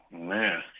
Man